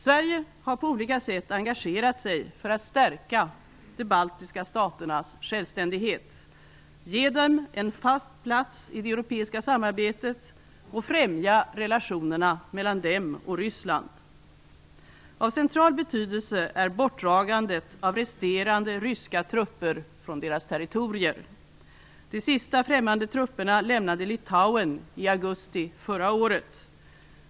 Sverige har på olika sätt engagerat sig för att stärka de baltiska staternas självständighet, ge dem en fast plats i det europeiska samarbetet och främja relationerna mellan dem och Ryssland. Av central betydelse är bortdragandet av resterande ryska trupper från deras territorier. De sista främmande trupperna lämnade Lituaen i augusti förra året.